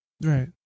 Right